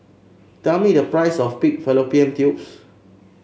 tell me the price of Pig Fallopian Tubes